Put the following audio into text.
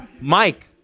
mike